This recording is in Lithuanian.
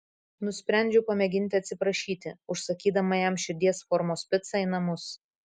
nusprendžiau pamėginti atsiprašyti užsakydama jam širdies formos picą į namus